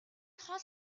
хол